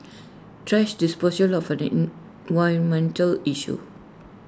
thrash disposal of an environmental issue